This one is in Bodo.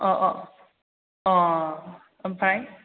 अ अ अ ओमफ्राय